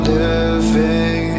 living